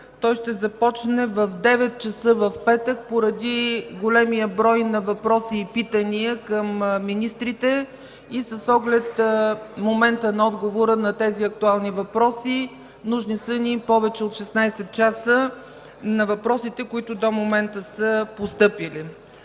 той ще започне в 9,00 ч. в петък, поради големия брой въпроси и питания към министрите. С оглед времето за отговори на тези актуални въпроси са ни нужни повече от 16 часа за въпросите, които до момента са постъпили.